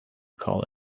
call